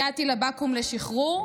הגעתי לבקו"ם לשחרור,